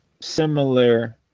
similar